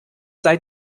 sei